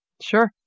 Sure